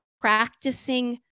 practicing